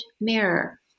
mirror